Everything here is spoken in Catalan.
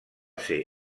ser